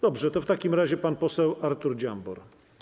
Dobrze, to w takim razie pan poseł Artur Dziambor.